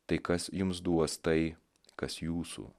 tai kas jums duos tai kas jūsų